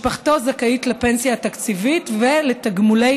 משפחתו זכאית לפנסיה התקציבית ולתגמולי